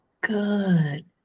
Good